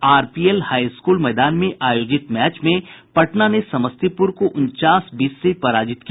RPL high school मैदान में आयोजित मैच में पटना ने समस्तीपुर को उनचास बीस से पराजित किया